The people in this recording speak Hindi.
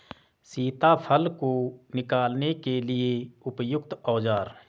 सीताफल को निकालने के लिए उपयुक्त औज़ार?